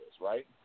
right